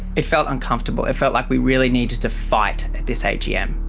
it felt uncomfortable, it felt like we really needed to fight at this agm,